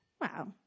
Wow